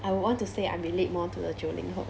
I want to say I'm relate more to the 九零后